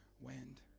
wind